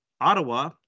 Ottawa